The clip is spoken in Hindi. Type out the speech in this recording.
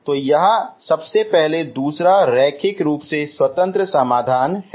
तो यह सबसे पहले दूसरा रैखिक रूप से स्वतंत्र समाधान है